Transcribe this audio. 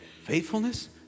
Faithfulness